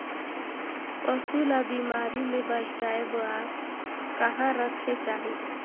पशु ला बिमारी ले बचाय बार कहा रखे चाही?